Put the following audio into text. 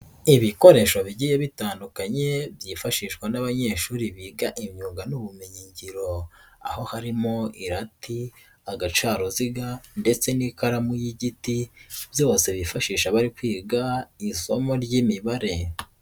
Ibikoresho bigiye bitandukanye byifashishwa n'abanyeshuri biga imyuga n'ubumenyingiro, aho harimo irati, agacaruziga ndetse n'ikaramu y'igiti, byose bifashisha bari kwiga isomo ry'imibare.